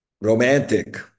romantic